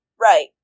right